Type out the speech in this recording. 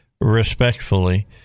respectfully